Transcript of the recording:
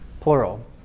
plural